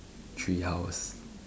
tree house